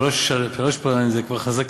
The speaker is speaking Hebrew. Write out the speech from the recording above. שלוש פעמים זה כבר חזקה.